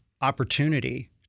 opportunity